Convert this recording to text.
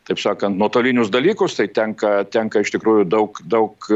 taip sakant nuotolinius dalykus tai tenka tenka iš tikrųjų daug daug